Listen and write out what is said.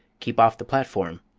keep off the platform,